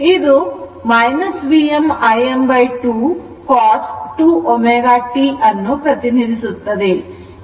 ಇದು Vm Im2 cos 2 ω t ಯನ್ನು ಪ್ರತಿನಿಧಿಸುತ್ತದೆ